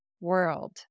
world